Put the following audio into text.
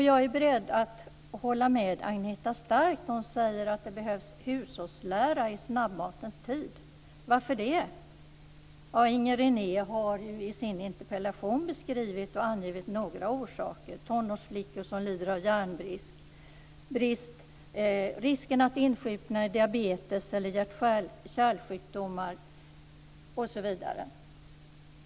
Jag är beredd att hålla med Agneta Stark då hon säger att det behövs hushållslära i snabbmatens tid. Varför det? Inger René har i sin interpellation angett några orsaker: Tonårsflickor lider av järnbrist. Det finns risk för att man insjuknar i diabetes eller hjärt och kärlsjukdomar.